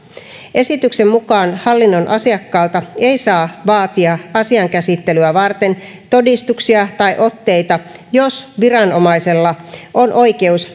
esityksen mukaan hallinnon asiakkaalta ei saa vaatia asian käsittelyä varten todistuksia tai otteita jos viranomaisella on oikeus